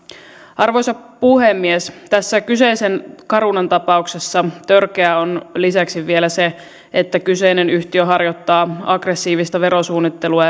arvoisa puhemies tässä kyseisen carunan tapauksessa törkeää on lisäksi vielä se että kyseinen yhtiö harjoittaa aggressiivista verosuunnittelua